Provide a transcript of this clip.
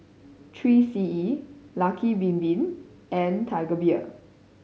Three C E Lucky Bin Bin and Tiger Beer